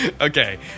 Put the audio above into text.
Okay